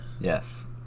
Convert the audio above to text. Yes